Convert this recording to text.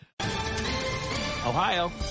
Ohio